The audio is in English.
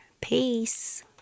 Peace